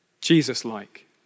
Jesus-like